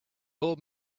old